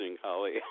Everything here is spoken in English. Holly